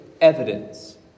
evidence